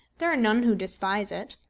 there are none who despise it.